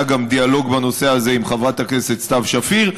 היה גם דיאלוג בנושא הזה עם חברת הכנסת סתיו שפיר,